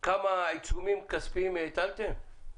כמה עיצומים כספיים הטלתם?